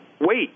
wait